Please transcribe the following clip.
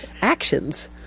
actions